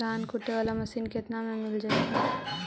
धान कुटे बाला मशीन केतना में मिल जइतै?